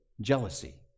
jealousy